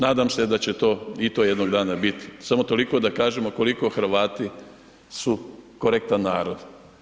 Nadam se da će to i to jednog dana biti, samo toliko da kažemo koliko Hrvati su korektan narod.